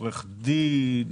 עורך דין,